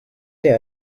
day